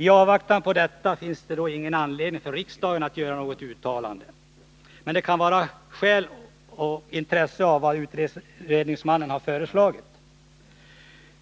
I avvaktan på resultatet av remissbehandlingen finns det ingen anledning för riksdagen att göra något uttalande. Med det kan vara av intresse att redogöra för vad utredningsmannen föreslagit.